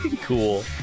cool